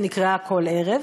ונקראה "כל ערב",